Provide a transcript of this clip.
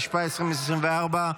התשפ"ה 2024,